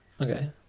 Okay